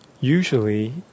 usually